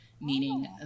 meaning